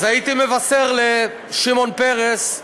אז הייתי מבשר לשמעון פרס: